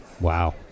Wow